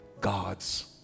God's